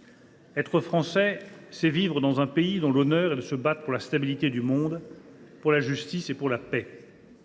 « Être Français en 2024, c’est vivre dans un pays dont l’honneur est de se battre pour la stabilité du monde, pour la justice et pour la paix.